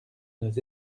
nos